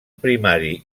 primari